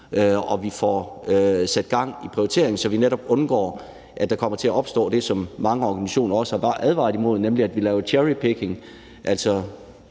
at vi får sat gang i prioriteringen, så vi netop undgår, at der kommer til at opstå det, som mange organisationer også har advaret imod, nemlig at vi laver cherrypicking –